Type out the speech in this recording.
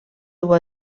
dur